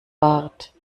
bart